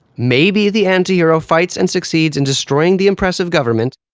maybe the anti-hero fights and succeeds in destroying the oppressive government,